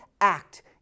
act